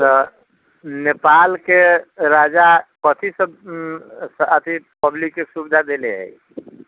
तऽ नेपालके राजा कथी सभ अथी पब्लिकके सुविधा देले हय